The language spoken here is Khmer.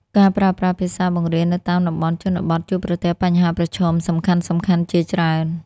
ការប្រើប្រាស់ភាសាបង្រៀននៅតាមតំបន់ជនបទជួបប្រទះបញ្ហាប្រឈមសំខាន់ៗជាច្រើន។